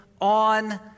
on